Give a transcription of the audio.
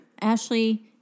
Ashley